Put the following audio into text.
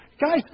Guys